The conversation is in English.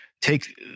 take